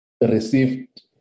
received